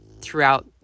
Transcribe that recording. throughout